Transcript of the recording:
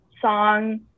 song